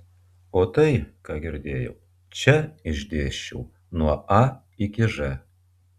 o tai ką girdėjau čia išdėsčiau nuo a iki ž